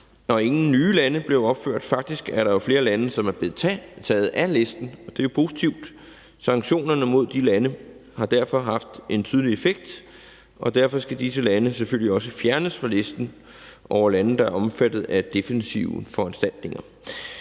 og ingen nye lande blev opført. Faktisk er der flere lande, som er blevet taget af listen. Det er jo positivt. Sanktionerne mod de lande har derfor haft en tydelig effekt, og derfor skal disse lande selvfølgelig også fjernes fra listen over lande, der er omfattet af defensive foranstaltninger.